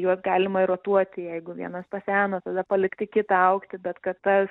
juos galima ir rotuoti jeigu vienas paseno tada palikti kitą augti bet kad tas